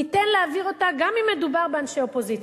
ניתן להעביר אותה גם אם מדובר באנשי אופוזיציה.